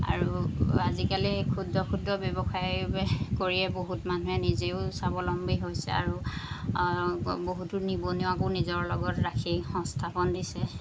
আৰু আজিকালি ক্ষুদ্ৰ ক্ষুদ্ৰ ব্যৱসায় কৰিয়ে বহুত মানুহে নিজেও স্বাৱলম্বী হৈছে আৰু আৰু বহুতো নিবনুৱাকো নিজৰ লগত ৰাখি সংস্থাপন দিছে